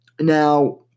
now